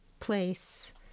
place